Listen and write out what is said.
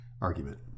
argument